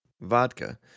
vodka